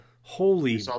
Holy